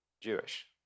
Jewish